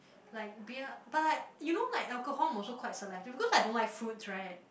like beer but like you know like alcohol mm also quite selective because I don't like fruits right